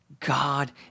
God